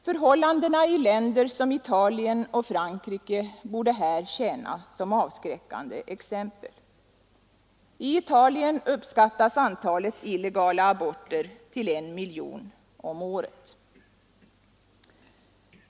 Förhållandena i länder som Italien och Frankrike borde här tjäna som avskräckande exempel. I Italien uppskattas antalet illegala aborter till 1 miljon om året.